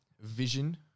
vision